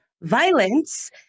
violence